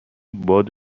باد